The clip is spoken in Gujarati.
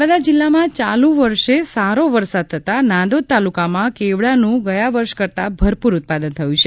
નર્મદા જિલ્લામાં ચાલુ વર્ષે સારો વરસાદ થતાં નાંદોદ તાલુકામાં કેવડાનું ગયા વર્ષ કરતાં ભરપુર ઉત્પાદન થયું છે